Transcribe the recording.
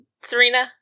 Serena